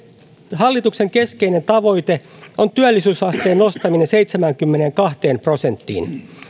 hallituksen keskeinen tavoite on työllisyysasteen nostaminen seitsemäänkymmeneenkahteen prosenttiin